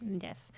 Yes